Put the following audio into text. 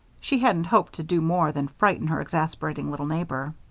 she hadn't hoped to do more than frighten her exasperating little neighbor.